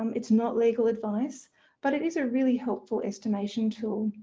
um it's not legal advice but it is a really helpful estimation tool.